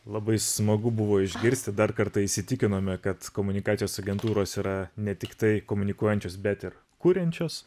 labai smagu buvo išgirsti dar kartą įsitikinome kad komunikacijos agentūros yra ne tiktai komunikuojančios bet ir kuriančios